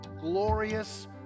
glorious